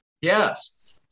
Yes